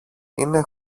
είναι